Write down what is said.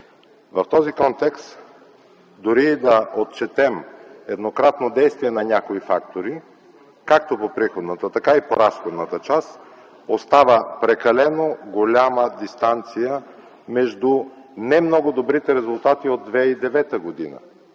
В този контекст, дори да отчетем еднократно действие на някои фактори както по приходната, така и по разходната част, остава прекалено голяма дистанция между немного добрите резултати от 2009 г.